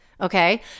Okay